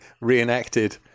reenacted